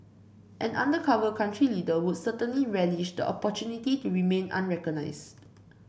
an undercover country leader would certainly relish the opportunity to remain unrecognised